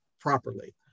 properly